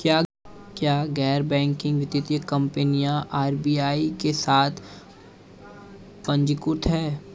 क्या गैर बैंकिंग वित्तीय कंपनियां आर.बी.आई के साथ पंजीकृत हैं?